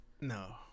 No